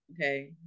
Okay